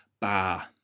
bar